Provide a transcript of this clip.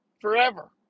forever